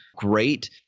great